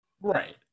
Right